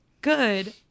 Good